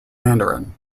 mandarin